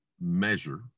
measure